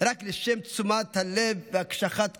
רק לשם תשומת הלב והקשחת עמדות.